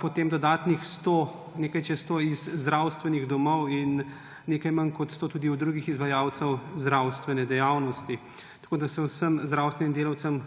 potem dodatnih sto, nekaj čez sto iz zdravstvenih domov in nekaj manj kot sto tudi od drugih izvajalcev zdravstvene dejavnosti. Tako da se vsem zdravstvenim delavcem